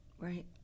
Right